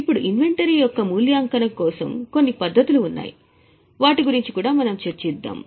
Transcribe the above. ఇప్పుడు ఇన్వెంటరీ యొక్క మూల్యాంకనం కోసం కొన్ని పద్ధతులు ఉన్నాయి వాటి గురించి కూడా మనం చర్చిద్దాము